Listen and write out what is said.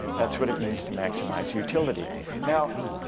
that's what it means to maximize utility now,